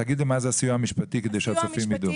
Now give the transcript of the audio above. תגידי מה זה הסיוע המשפטי כדי שהצופים ידעו.